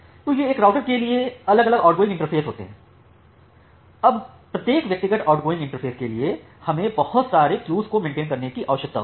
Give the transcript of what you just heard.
तो ये एक राउटर के लिए अलग अलग आउटगोइंग इंटरफेस हैं अब प्रत्येक व्यक्तिगत आउटगोइंग इंटरफ़ेस के लिए हमें बहुत सारे क्यूज़ को मेंटेन रखने की आवश्यकता होती है